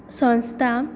संस्था